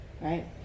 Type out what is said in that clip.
right